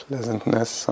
Pleasantness